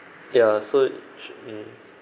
ya so sh~ mm